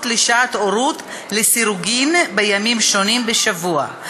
לשעת הורות לסירוגין בימים שונים בשבוע,